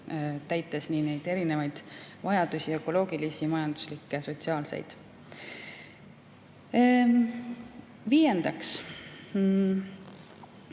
täites nii erinevaid vajadusi: ökoloogilisi, majanduslikke ja sotsiaalseid. Viiendaks